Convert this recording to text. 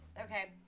Okay